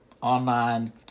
online